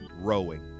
rowing